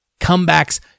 comebacks